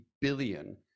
billion